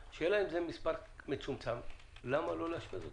השאלה, אם זה מספר מצומצם, למה לא לאשפז אותם?